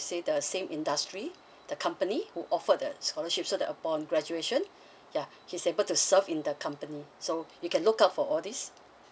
say the same industry the company who offered that scholarship so that upon graduation ya he's able to serve in the company so you can look out for all these